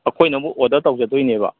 ꯑꯩꯈꯣꯏꯅ ꯑꯃꯨꯛ ꯑꯣꯗꯔ ꯇꯧꯖꯗꯣꯏꯅꯦꯕ